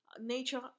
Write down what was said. nature